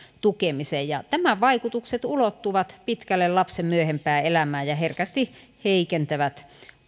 tukemiseen tämän vaikutukset ulottuvat pitkälle lapsen myöhempään elämään ja herkästi heikentävät